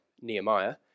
Nehemiah